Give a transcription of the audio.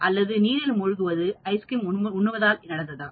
அல்லது நீரில் மூழ்குவது ஐஸ்கிரீம் உண்ணுவதால் நடக்குமா